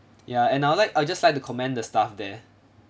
ya and I would like I just like to comment the staff there